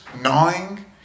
gnawing